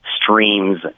streams